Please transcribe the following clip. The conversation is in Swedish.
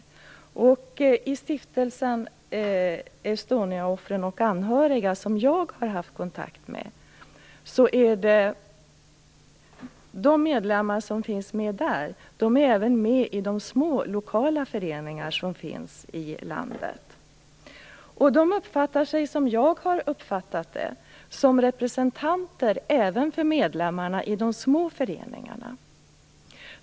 Medlemmarna i stiftelsen Estoniaoffren och anhöriga, som jag har haft kontakt med, är även medlemmar i de små, lokala föreningar som finns i landet, och de uppfattar sig som jag har förstått det som representanter även för medlemmarna i de små föreningarna.